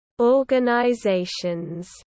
organizations